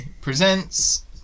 Presents